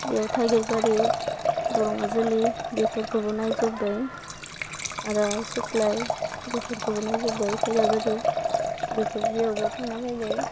बेयाव थाइगिरबारि बरङाजुलि बेफोरखौबो नायजोब्बाय आरो सुख्लाय बेफोरखौबो नायजोब्बाय खैराबारि बेखो बेयावबो थांना फायबाय